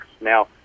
Now